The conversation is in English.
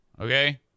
Okay